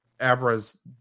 Abra's